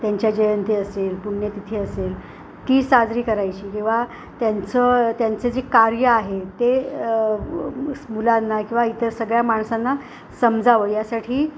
त्यांच्या जयंती असेल पुण्यतिथी असेल ती साजरी करायची किंवा त्यांचं त्यांचं जे कार्य आहे ते मुलांना किंवा इतर सगळ्या माणसांना समजावं यासाठी